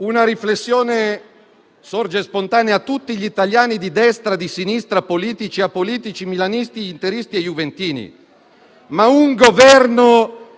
Una riflessione sorge spontanea a tutti gli italiani, di Destra e di Sinistra, politici e apolitici, milanisti, interisti e juventini: un Governo